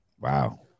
Wow